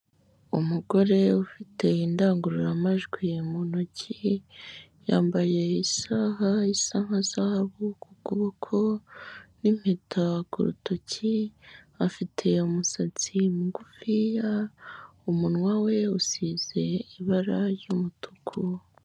Umugore ufite indangururamajwi mu ntoki yambaye, isaha isa nka zahabu ku kuboko n'impeta ku rutoki, afite umusatsi mugufiya, umunwa we usize ibara ry'umutuku.